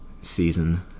season